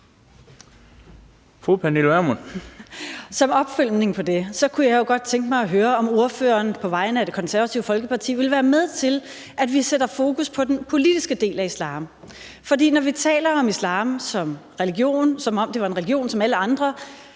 Som opfølgning på det kunne jeg jo godt tænke mig at høre, om ordføreren på vegne af Det Konservative Folkeparti vil være med til, at vi sætter fokus på den politiske del af islam, for når vi taler om islam, som om det er en religion som alle andre,